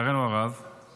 רק